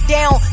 Down